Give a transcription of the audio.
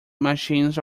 machines